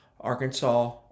Arkansas